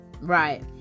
right